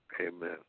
amen